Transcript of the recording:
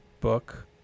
book